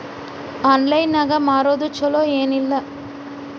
Online ನಾಗ್ ಮಾರೋದು ಛಲೋ ಏನ್ ಇಲ್ಲ?